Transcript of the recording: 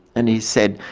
and he said,